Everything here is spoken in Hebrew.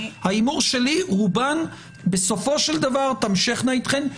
ההימור שלי שרובן בסופו של דבר תמשכנה אתכן,